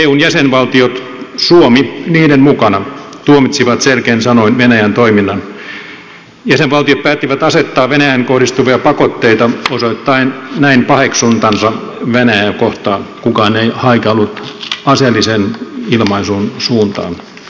eun jäsenvaltiot suomi niiden mukana tuomitsivat selkein sanoin venäjän toiminnan ja sen valtiot päättivät asettaa venäjään kohdistuvia pakotteita osoittaen näin paheksuntansa venäjää kohtaan kukaan ei haikaillut aseellisen ilmaisun suuntaan eun puolella